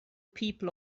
people